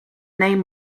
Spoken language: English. name